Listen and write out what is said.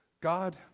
God